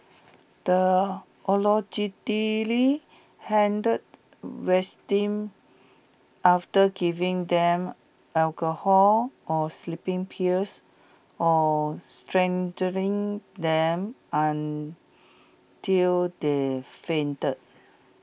the allegedly hanged victims after giving them alcohol or sleeping pills or strangling them until they fainted